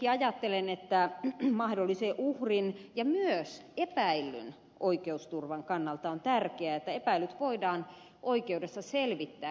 kuitenkin ajattelen että mahdollisen uhrin ja myös epäillyn oikeusturvan kannalta on tärkeää että epäilyt voidaan oikeudessa selvittää